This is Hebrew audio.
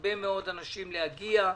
להרבה מאוד אנשים להגיע.